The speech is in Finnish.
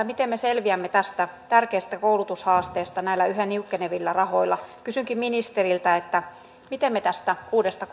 miten me selviämme tästä tärkeästä koulutushaasteesta näillä yhä niukkenevilla rahoilla kysynkin ministeriltä miten me tästä uudesta